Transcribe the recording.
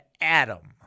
Adam